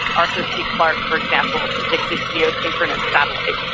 arthur c. clarke for example predicted geo-synchronous satellites,